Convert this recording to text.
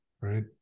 right